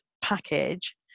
package